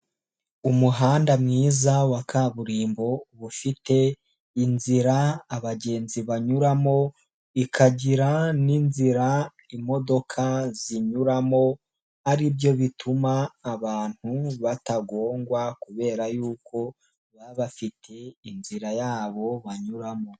Umuhanda mwiza wa kaburimbo uba ufite inzira abagenzi banyuramo, ikagira n'inzira imodoka zinyuramo ari byo bituma abantu batagongwa kubera yuko baba bafite inzira yabo banyuramo.